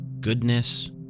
goodness